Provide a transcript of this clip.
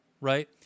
right